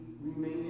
remain